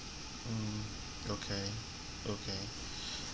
um okay okay